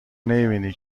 نمیبینی